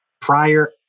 prior